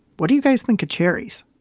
what do you guys think of cherries?